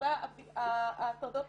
שבה ההטרדות